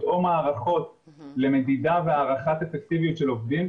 או מערכות למדידה והערכת אפקטיביות של עובדים,